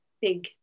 big